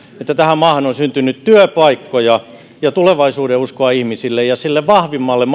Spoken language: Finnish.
että tähän maahan on syntynyt työpaikkoja ja tulevaisuudenuskoa ihmisille sen vahvimman